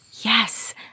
yes